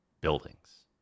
buildings